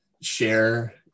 share